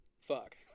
Fuck